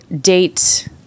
date